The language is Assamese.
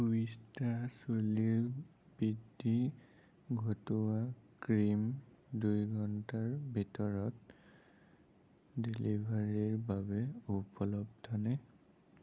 উইষ্ট্ৰা চুলিৰ বৃদ্ধি ঘটোৱা ক্ৰীম দুই ঘণ্টাৰ ভিতৰত ডেলিভাৰিৰ বাবে উপলব্ধনে